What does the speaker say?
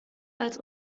als